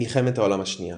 מלחמת העולם השנייה